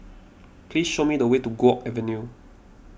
please show me the way to Guok Avenue